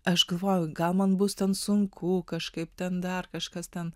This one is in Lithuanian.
aš galvojau gal man bus ten sunku kažkaip ten dar kažkas ten